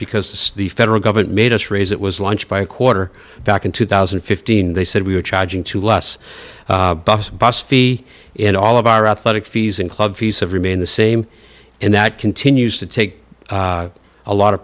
because the federal government made us raise it was launched by a quarter back in two thousand and fifteen they said we are charging too less bus bus fee and all of our athletic fees and club fees of remain the same and that continues to take a lot of